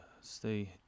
stay